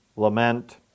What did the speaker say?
Lament